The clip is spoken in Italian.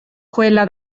quella